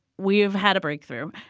we've had a breakthrough.